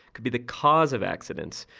could be the cause of accidents,